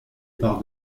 par